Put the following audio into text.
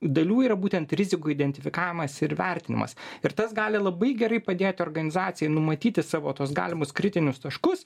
dalių yra būtent rizikų identifikavimas ir vertinimas ir tas gali labai gerai padėti organizacijai numatyti savo tuos galimus kritinius taškus